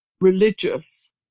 Religious